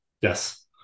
yes